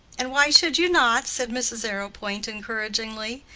and why should you not? said mrs. arrowpoint, encouragingly.